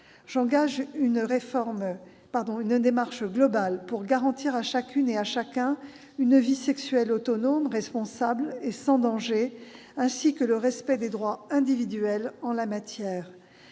J'engage une démarche globale pour garantir à chacune et à chacun une vie sexuelle autonome, responsable et sans danger, ainsi que le respect des droits individuels en la matière.